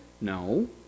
No